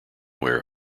where